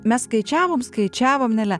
mes skaičiavom skaičiavom nele